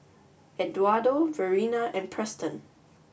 Eduardo Verena and Preston